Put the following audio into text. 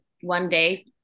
one-day